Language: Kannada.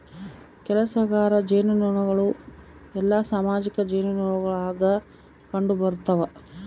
ಕೆಲಸಗಾರ ಜೇನುನೊಣಗಳು ಎಲ್ಲಾ ಸಾಮಾಜಿಕ ಜೇನುನೊಣಗುಳಾಗ ಕಂಡುಬರುತವ